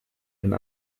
and